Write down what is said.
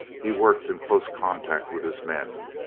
he worked in close contact with his men.